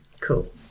Cool